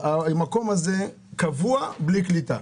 המקום הזה קבוע בלי קליטה.